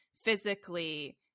physically